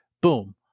Boom